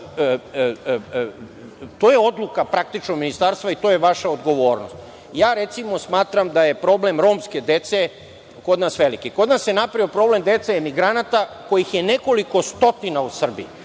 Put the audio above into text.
To je odluka praktično Ministarstva i to je vaša odgovornost. Recimo, ja smatram da je problem romske dece kod nas veliki. Kod nas se napravio problem dece emigranata kojih je nekoliko stotina u Srbiji.